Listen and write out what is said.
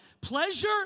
Pleasure